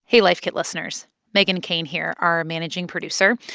hey, life kit listeners. meghan keane here, our managing producer.